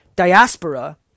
Diaspora